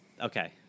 okay